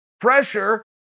Pressure